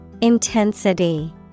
Intensity